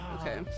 Okay